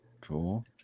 Cool